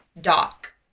dock